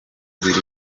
riri